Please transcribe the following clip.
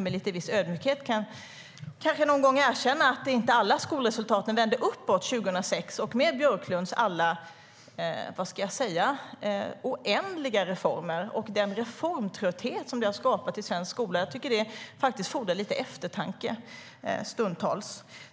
Med viss ödmjukhet kanske de någon gång kan erkänna att alla skolresultat inte vände uppåt 2006 i och med Björklunds oändliga reformer och den reformtrötthet som det har skapat i svensk skola. Jag tycker att det faktiskt stundtals fordrar lite eftertanke.